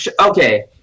okay